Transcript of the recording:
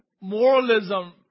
moralism